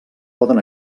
poden